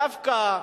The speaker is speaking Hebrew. דווקא,